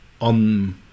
on